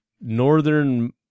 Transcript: Northern